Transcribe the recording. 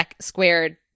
squared